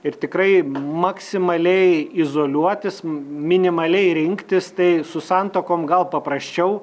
ir tikrai maksimaliai izoliuotis minimaliai rinktis tai su santuokom gal paprasčiau